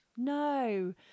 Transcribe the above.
No